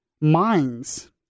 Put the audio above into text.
minds